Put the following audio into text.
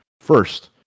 first